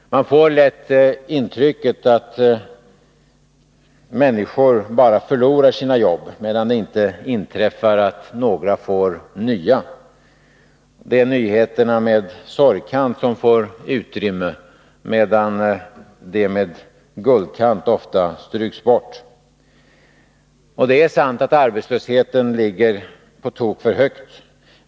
Man får vidare lätt intrycket att människor bara förlorar sina jobb, medan det inte inträffar att några får nya. Det är nyheterna med sorgkant som får utrymme, medan de med guldkant ofta stryks bort. Det är sant att arbetslösheten ligger på tok för högt.